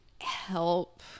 help